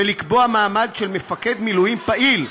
ולקבוע מעמד של מפקד מילואים פעיל,